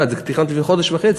תכננתי את זה לפני חודש וחצי,